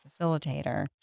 facilitator